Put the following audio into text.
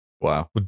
Wow